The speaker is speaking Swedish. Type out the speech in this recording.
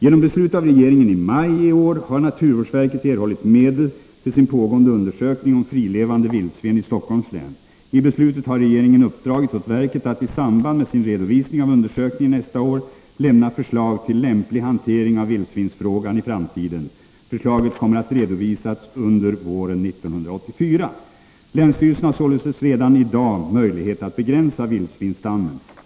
Genom beslut av regeringen i maj i år har naturvårdsverket erhållit medel till sin pågående undersökning om frilevande vildsvin i Stockholms län. I beslutet har regeringen uppdragit åt verket att, i samband med sin redovisning av undersökningen nästa år, lämna förslag till lämplig hantering av vildsvinsfrågan i framtiden. Förslaget kommer att redovisas under våren 1984. Länsstyrelsen har således redan i dag möjlighet att begränsa vildsvinsstammen.